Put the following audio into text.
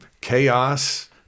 chaos